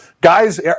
Guys